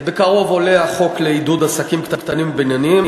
בקרוב עולה החוק לעידוד עסקים קטנים-בינוניים.